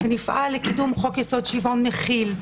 ונפעל לקידום חוק יסוד: שוויון מכיל,